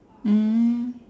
mm